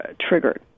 triggered